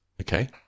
Okay